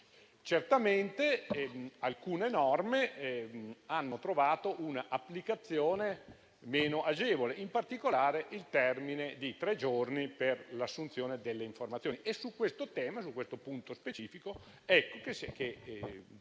Certamente alcune norme hanno trovato un'applicazione meno agevole, in particolare il termine di tre giorni per l'assunzione delle informazioni, ed è proprio su questo punto specifico che il